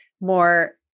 more